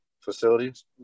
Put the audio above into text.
facilities